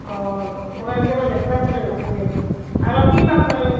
অঁ মোক এক যোৰা মেখেলা চাদৰ লাগিছিল আৰু কি পাম বাৰু